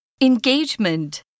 Engagement